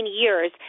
years